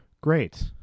great